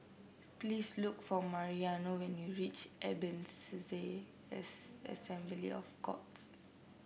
please look for Mariano when you reach Ebenezer as Assembly of Gods